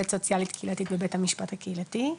עובדת סוציאלית בבית המשפט הקהילתי,